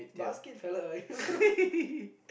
basket fella ah you